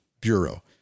bureau